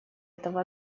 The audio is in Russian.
этого